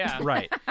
Right